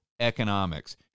economics